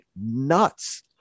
nuts